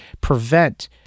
prevent